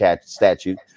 statute